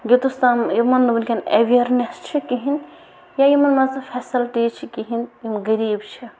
یوٚتَس تام یِمَن نہٕ وٕنۍکٮ۪ن اٮ۪ویَرنٮ۪س چھِ کِہیٖنۍ یا یِمَن منٛز نہٕ فٮ۪سَلٹیٖز چھِ کِہیٖنۍ یِم غریٖب چھِ